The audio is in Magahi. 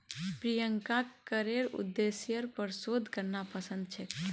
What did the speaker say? प्रियंकाक करेर उद्देश्येर पर शोध करना पसंद छेक